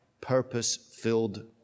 purpose-filled